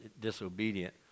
disobedient